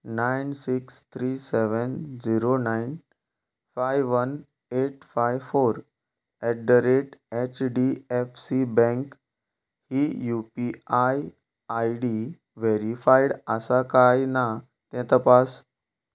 nine six three seven zero nine five one eight five four eight HDFC bank ही U P I I D verified आसा कांय ना तें तपास